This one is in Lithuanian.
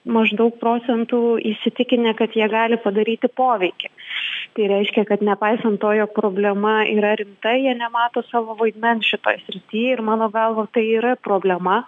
maždaug procentų įsitikinę kad jie gali padaryti poveikį tai reiškia kad nepaisant to jog problema yra rimta jie nemato savo vaidmens šitoj srity ir mano galva tai yra problema